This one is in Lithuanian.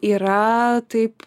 yra taip